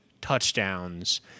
touchdowns